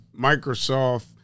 Microsoft